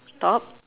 top